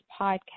podcast